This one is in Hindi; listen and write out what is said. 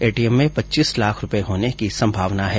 एटीएम में पच्चीस लाख रुपए होने की संभावना है